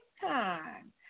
time